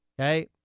Okay